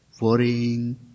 worrying